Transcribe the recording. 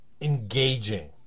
engaging